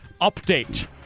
Update